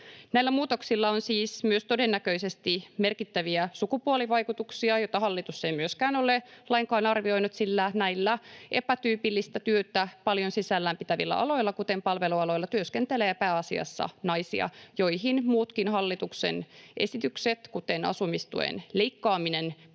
Näillä muutoksilla on siis todennäköisesti myös merkittäviä sukupuolivaikutuksia — mitä hallitus ei myöskään ole lainkaan arvioinut — sillä näillä epätyypillistä työtä paljon sisällään pitävillä aloilla, kuten palvelualoilla, työskentelee pääasiassa naisia, joihin muutkin hallituksen esitykset, kuten asumistuen leikkaaminen,